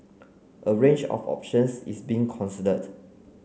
a range of options is being considered